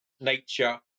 nature